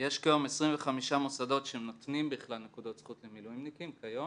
יש כיום 25 מוסדות שנותנים בכלל נקודות זכות למילואימניקים כיום,